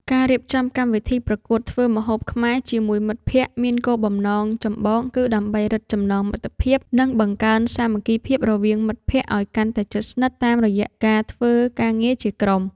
ការរៀបចំកម្មវិធីប្រកួតធ្វើម្ហូបខ្មែរជាមួយមិត្តភក្តិ មានគោលបំណងចម្បងគឺដើម្បីរឹតចំណងមិត្តភាព និងបង្កើនសាមគ្គីភាពរវាងមិត្តភក្តិឱ្យកាន់តែជិតស្និទ្ធតាមរយៈការធ្វើការងារជាក្រុម។